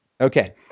Okay